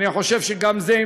אני חושב שגם זה,